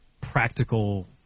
practical